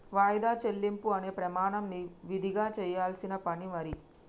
వాయిదా చెల్లింపు అనే ప్రమాణం విదిగా చెయ్యాల్సిన పని మరి